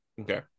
Okay